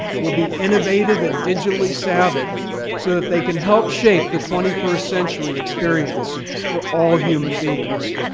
will be innovative and digitally savvy so that they can help shape the twenty first century experience for all human beings.